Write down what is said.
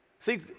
See